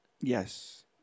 Yes